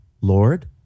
Lord